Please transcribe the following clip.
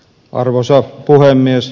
arvoisa puhemies